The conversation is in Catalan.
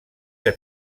que